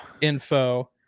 info